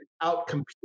out-compete